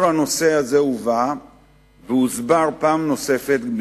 והנושא הזה הובא והוסבר פעם נוספת,